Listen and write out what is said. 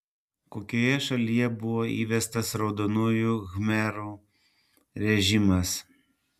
kokioje šalyje buvo įvestas raudonųjų khmerų režimas